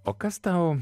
o kas tau